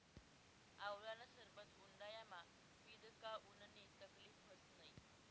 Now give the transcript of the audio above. आवळानं सरबत उंडायामा पीदं का उननी तकलीब व्हस नै